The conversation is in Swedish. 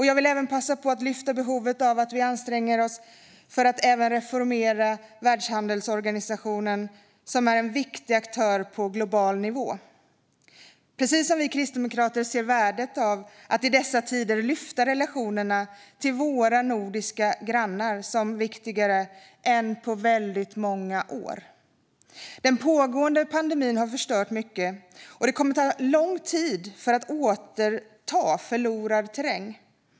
Jag vill även passa på att lyfta behovet av att vi anstränger oss för att reformera Världshandelsorganisationen, som är en viktig aktör på global nivå. Vi kristdemokrater ser värdet av att i dessa tider lyfta relationerna till våra nordiska grannar. Det är viktigare än på väldigt många år. Den pågående pandemin har förstört mycket, och det kommer att ta lång tid att återta förlorad terräng.